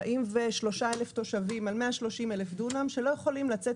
43,000 תושבים על 130,000 דונם שלא יכולים לצאת